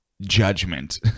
judgment